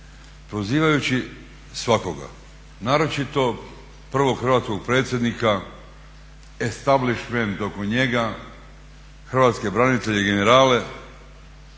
prozivajući svakoga, naročito prvog hrvatskog predsjednika, establishment oko njega, hrvatske branitelje i generale